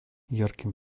ярким